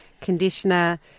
conditioner